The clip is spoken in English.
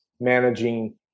managing